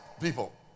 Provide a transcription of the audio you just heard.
people